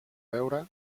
beure